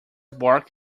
bark